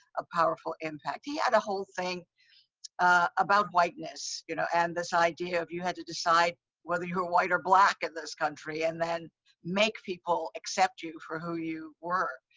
a powerful impact. he had a whole thing about whiteness, you know, and this idea of you had to decide whether you were white or black in this country, and then make people accept you for who you were.